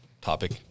topic